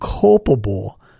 culpable